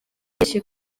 myinshi